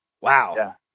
Wow